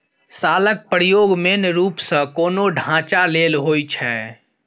शालक प्रयोग मेन रुप सँ कोनो ढांचा लेल होइ छै